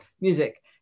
music